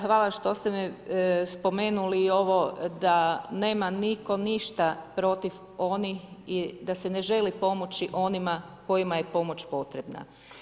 Hvala što ste spomenuli i ovo da nema nitko ništa protiv onih da se ne želi pomoći onima kojima je pomoć potrebna.